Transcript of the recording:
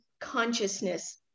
consciousness